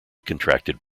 contracted